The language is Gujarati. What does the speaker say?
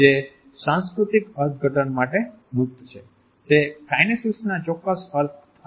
જે સાંસ્કૃતિક અર્થઘટન માટે મુક્ત છે તે કાઈનેસીક્સના ચોક્કસ અર્થ આપે છે